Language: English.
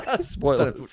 Spoiler